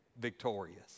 victorious